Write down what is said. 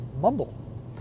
Mumble